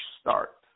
start